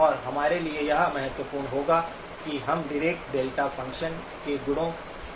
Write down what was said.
और हमारे लिए यह महत्वपूर्ण होगा कि हम डीरेक डेल्टा फ़ंक्शन के गुणों से परिचित हों